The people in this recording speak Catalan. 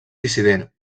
dissident